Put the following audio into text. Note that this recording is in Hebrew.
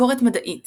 ביקורת מדעית